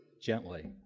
gently